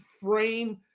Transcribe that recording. frame